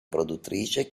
produttrice